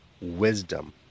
wisdom